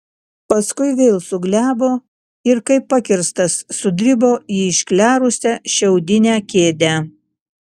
paskui vėl suglebo ir kaip pakirstas sudribo į išklerusią šiaudinę kėdę